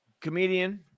comedian